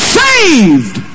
saved